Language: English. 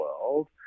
world